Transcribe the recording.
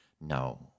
No